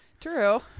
True